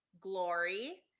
Glory